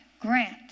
grant